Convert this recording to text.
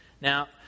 Now